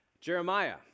Jeremiah